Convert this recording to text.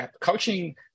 coaching